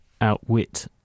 outwit